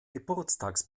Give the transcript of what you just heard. geburtstags